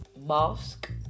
mask